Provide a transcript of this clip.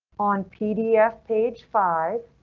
on pdf page five.